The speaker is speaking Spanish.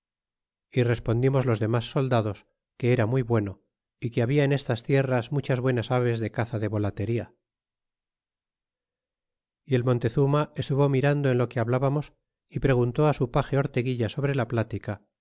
y respondimos los demás soldados que era muy bueno y que habla en estas tierras muchas buenas aves de caza de volatería y el montezuma estuvo mirando en lo que hablábamos y preguntó á page orteguilla sobre la platica